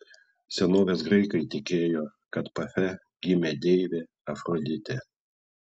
senovės graikai tikėjo kad pafe gimė deivė afroditė